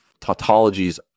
Tautologies